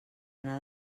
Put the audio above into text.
anar